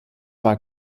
war